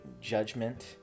judgment